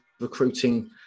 recruiting